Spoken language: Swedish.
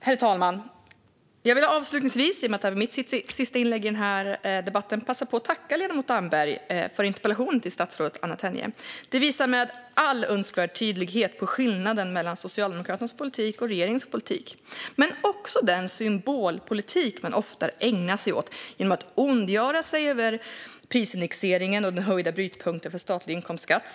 Herr talman! Eftersom detta är mitt sista inlägg i den här debatten vill jag passa på att tacka ledamoten Damberg för att han har ställt interpellationen till statsrådet Anna Tenje. Den visar med all önskvärd tydlighet på skillnaden mellan Socialdemokraternas och regeringens politik. Det gäller också den symbolpolitik som man ofta ägnar sig åt när man ondgör sig över prisindexeringen och den höjda brytpunkten för statlig inkomstskatt.